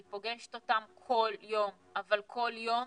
אני פוגשת אותם כל יום, אבל כל יום,